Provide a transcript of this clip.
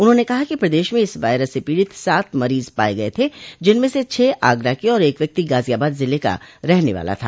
उन्होंने कहा कि प्रदेश में इस वायरस से पीड़ित सात मरीज पाये गय थे जिनमें से छह आगरा के और एक व्यक्ति गाजियाबाद जिले का रहने वाला था